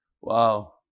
Wow